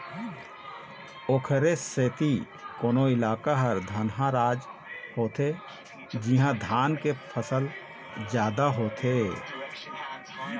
ओखरे सेती कोनो इलाका ह धनहा राज होथे जिहाँ धान के फसल जादा होथे